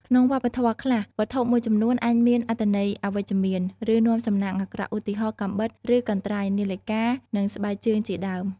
ក្នុងវប្បធម៌ខ្លះ វត្ថុមួយចំនួនអាចមានអត្ថន័យអវិជ្ជមាន ឬនាំសំណាងអាក្រក់ ឧទាហរណ៍ កាំបិត ឬកន្ត្រៃ នាឡិកា និងស្បែកជើងជាដើម។